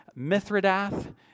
Mithridath